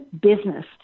business